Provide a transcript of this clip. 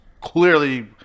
clearly